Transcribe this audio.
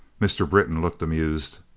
mr. britton looked amused.